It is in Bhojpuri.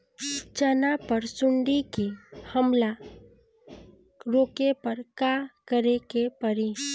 चना पर सुंडी के हमला रोके ला का करे के परी?